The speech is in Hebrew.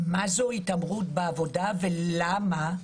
מהי התעמרות בעבודה ולמה.